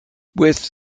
with